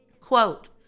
Quote